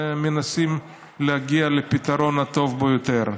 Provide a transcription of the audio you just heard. ומנסים להגיע לפתרון הטוב ביותר.